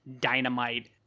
dynamite